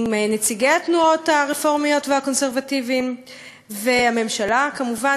עם נציגי התנועות הרפורמיות והקונסרבטיביות ועם הממשלה כמובן.